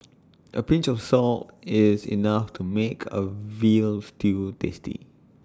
A pinch of salt is enough to make A Veal Stew tasty